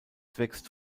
wächst